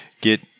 get